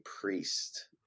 priest